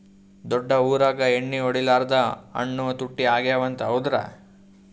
ದೊಡ್ಡ ಊರಾಗ ಎಣ್ಣಿ ಹೊಡಿಲಾರ್ದ ಹಣ್ಣು ತುಟ್ಟಿ ಅಗವ ಅಂತ, ಹೌದ್ರ್ಯಾ?